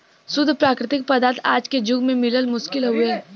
शुद्ध प्राकृतिक पदार्थ आज के जुग में मिलल मुश्किल हउवे